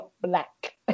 black